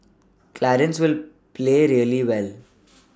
clarence will play really well